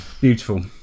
Beautiful